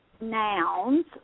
nouns